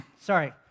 Sorry